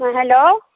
hello